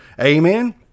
Amen